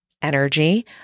Energy